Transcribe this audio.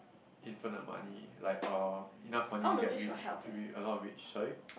infinite money like uh enough money to get rich to be a lot of rich sorry